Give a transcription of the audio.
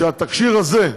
והתקשי"ר הזה,